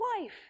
wife